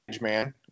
man